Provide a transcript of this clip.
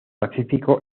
pacífico